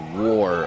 war